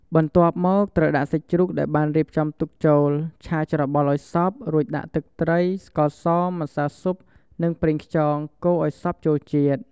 បន្ទាប់មកត្រូវដាក់សាច់ជ្រូកដែលបានរៀបចំទុកចូលឆា ច្របល់ឱ្យសព្វ រួចដាក់ ទឹកត្រី ស្ករស ម្សៅស៊ុប និងប្រេងខ្យង កូរឱ្យសព្វចូលជាតិ។